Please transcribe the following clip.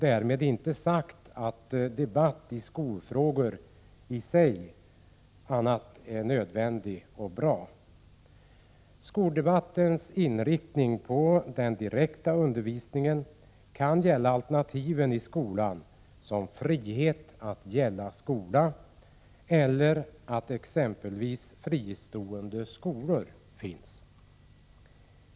Därmed inte sagt om debatt i skolfrågor i sig är nödvändig och bra. Skoldebattens inriktning på den direkta undervisningen kan gälla alternativen i skolan, som frihet att välja skola eller att exempelvis fristående skolor finns.